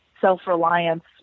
self-reliance